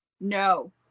No